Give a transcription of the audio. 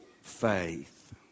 faith